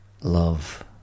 love